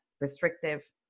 restrictive